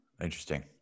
interesting